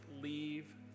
leave